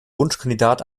wunschkandidat